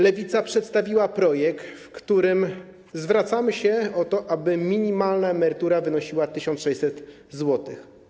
Lewica przedstawiła projekt, w którym zwracamy się o to, aby minimalna emerytura wynosiła 1600 zł.